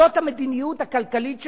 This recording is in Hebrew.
זו המדיניות הכלכלית שלו,